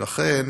ולכן,